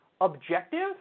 objective